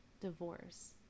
divorce